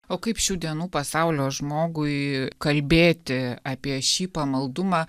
o kaip šių dienų pasaulio žmogui kalbėti apie šį pamaldumą